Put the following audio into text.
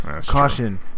Caution